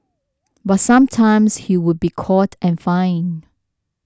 but sometimes he would be caught and fined